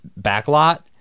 backlot